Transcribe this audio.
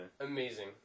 Amazing